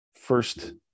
first